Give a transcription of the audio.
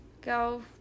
go